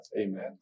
Amen